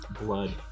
Blood